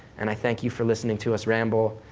and i thank you for listening to us ramble,